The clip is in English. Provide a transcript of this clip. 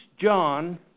John